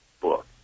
book